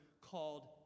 called